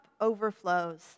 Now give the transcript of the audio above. overflows